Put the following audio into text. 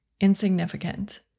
insignificant